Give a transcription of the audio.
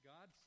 God